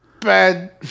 bad